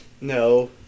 No